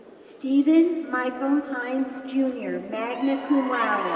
steven michael heintz, jr, magna cum laude,